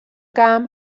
kaam